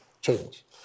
change